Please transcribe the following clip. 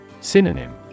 Synonym